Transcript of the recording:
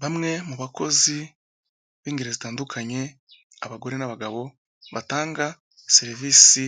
Bamwe mu bakozi b'ingeri zitandukanye, abagore n'abagabo batanga serivisi